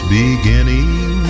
beginning